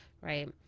Right